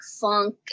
funk